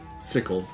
Sickle